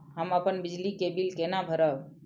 हम अपन बिजली के बिल केना भरब?